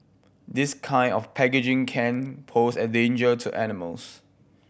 this kind of packaging can pose a danger to animals